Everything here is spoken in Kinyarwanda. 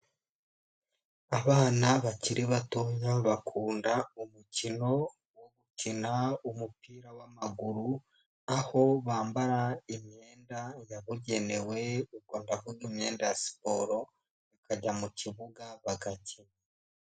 Abana bakiri bato bakunda umukino wo gukina umupira w'amaguru, aho bambara imyenda yabugenewe, ndavuga imyenda ya siporo, bakajya mu kibuga, bagakina.